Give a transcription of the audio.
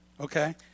Okay